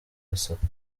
gasaka